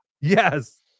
yes